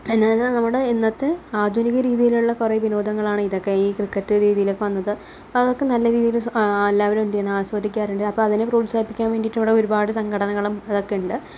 പിന്നെ നമ്മുടെ ഇന്നത്തെ ആധുനിക രീതിലുള്ള കുറേ വിനോദങ്ങളാണ് ഇതൊക്കെ ഈ ക്രിക്കറ്റ് ഈ രീതിയിലൊക്കെ വന്നത് അതൊക്കെ നല്ല രീതിയിൽ എല്ലാവരും എന്തു ചെയ്യുന്നു ആസ്വദിക്കാറുണ്ട് അപ്പോൾ അതിനെ പ്രോത്സാഹിപ്പിക്കാന് വേണ്ടിയിട്ട് ഇവിടെ ഒരുപാട് സംഘടനകളും അതൊക്കെ ഉണ്ട്